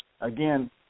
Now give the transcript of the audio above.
again